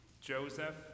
Joseph